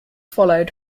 followed